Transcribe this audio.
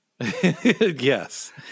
Yes